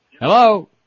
Hello